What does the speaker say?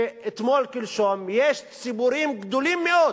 שאתמול-שלשום יש ציבורים גדולים מאוד